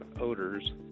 odors